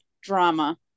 drama